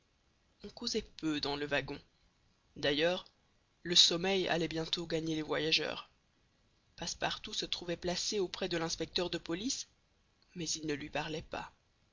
on causait peu dans le wagon d'ailleurs le sommeil allait bientôt gagner les voyageurs passepartout se trouvait placé auprès de l'inspecteur de police mais il ne lui parlait pas